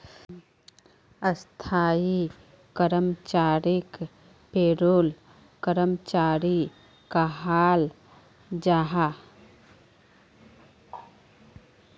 स्थाई कर्मचारीक पेरोल कर्मचारी कहाल जाहा